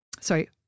sorry